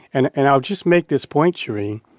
and and i'll just make this point, shereen